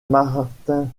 martin